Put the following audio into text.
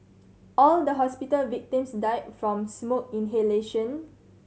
all the hospital victims died from smoke inhalation